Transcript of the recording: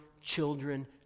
children